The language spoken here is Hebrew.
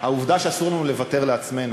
העובדה שאסור לנו לוותר לעצמנו.